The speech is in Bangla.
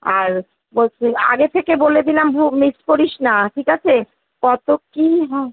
আর বলছি আগে থেকে বলে দিলাম ভোগ মিস করিস না ঠিক আছে কত কী হয়